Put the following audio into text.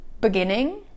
beginning